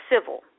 civil